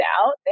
out